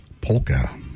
Polka